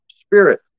spirit